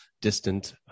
distant